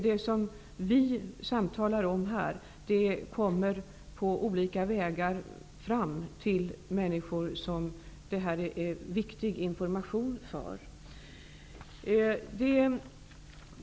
Det som vi samtalar om här kommer på olika vägar fram till människor som det här är viktig information för.